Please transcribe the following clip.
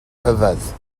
rhyfedd